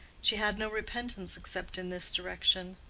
she had no repentance except in this direction.